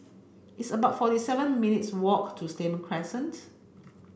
it's about forty seven minutes' walk to Stadium Crescent